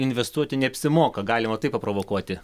investuoti neapsimoka galima taip paprovokuoti